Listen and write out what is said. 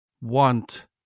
want